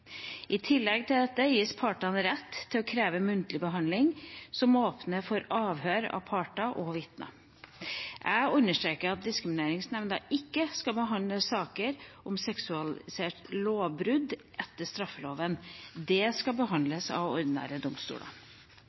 I tillegg til dette gis partene rett til å kreve muntlig behandling, som åpner for avhør av parter og vitner. Jeg understreker at diskrimineringsnemnda ikke skal behandle saker om seksualisert lovbrudd etter straffeloven. Det skal behandles av ordinære domstoler.